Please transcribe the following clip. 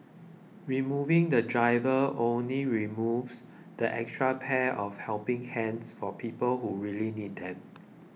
removing the driver only removes that extra pair of helping hands for people who really need them